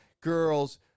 girls